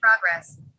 progress